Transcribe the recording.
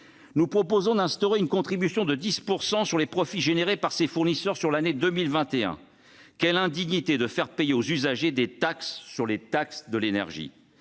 Nous proposons donc d'instaurer une contribution de 10 % sur les profits dégagés par ces fournisseurs sur l'année 2021. Quelle indignité de faire payer aux usagers des taxes sur les taxes de l'énergie